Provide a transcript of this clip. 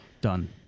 Done